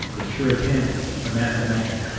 the puritanic, the mathematic,